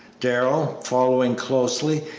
darrell, following closely,